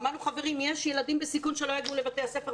אמרנו שיש ילדים בסיכון שלא יגיעו לבתי הספר.